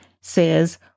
says